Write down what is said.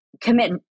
commit